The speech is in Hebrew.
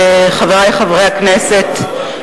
חברי חברי הכנסת,